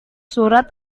surat